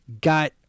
got